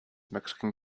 mexican